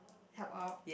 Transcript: help out